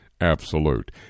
absolute